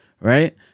Right